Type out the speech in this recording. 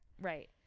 Right